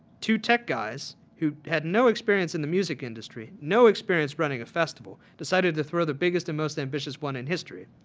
two tech guys who had no experience in the music industry, no experience running a festival decided to throw the biggest and most ambitious one in history.